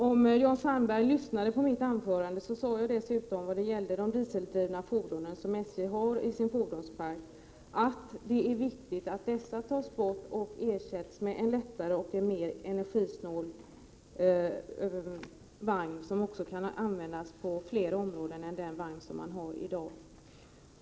Om Jan Sandberg hade lyssnat på vad jag sade i mitt anförande hade han hört att jag beträffande de dieseldrivna fordon som SJ har i sin fordonspark sade att det är viktigt att dessa tas bort och ersätts med en lättare och mer energisnål vagn, som också kan användas på fler områden än den vagn som man har i dag.